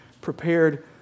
prepared